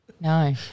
No